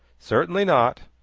certainly not.